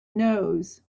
knows